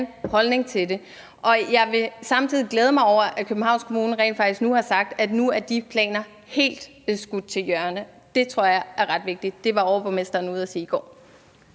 holdning til det. Jeg vil samtidig glæde mig over, at Københavns Kommune rent faktisk nu har sagt, at de planer nu er helt skudt til hjørne. Det var overborgmesteren ude at sige i går.